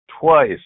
twice